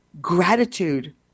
gratitude